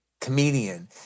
comedian